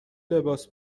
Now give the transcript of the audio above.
لباس